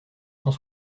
cent